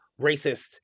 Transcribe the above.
racist